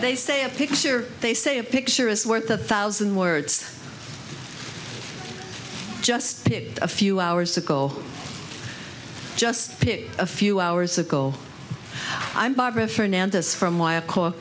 they say a picture they say a picture is worth a thousand words just a few hours ago just pick a few hours ago i'm barbara fernandez from why of cou